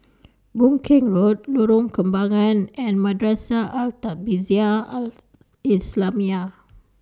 Boon Keng Road Lorong Kembagan and Madrasah Al Tahzibiah Al Islamiah